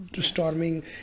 storming